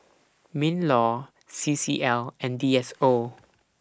MINLAW C C L and D S O